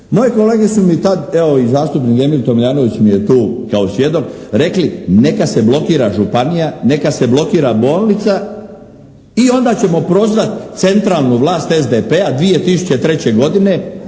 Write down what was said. Moje kolege su mi tad, evo i zastupnik Emil Tomljanović mi je tu kao svjedok, rekli neka se blokira županija, neka se blokira bolnica i onda ćemo prozvat centralnu vlast SDP-a 2003. godine